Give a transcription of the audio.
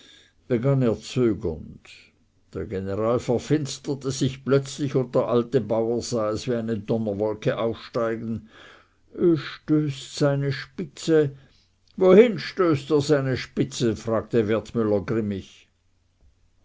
zögernd der general verfinsterte sich plötzlich und der alte bauer sah es wie eine donnerwolke aufsteigen stößt seine spitze wohin stößt er seine spitze fragte wertmüller grimmig